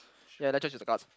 ya that's just